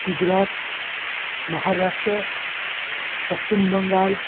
Gujarat Maharashtra Paschim Bengal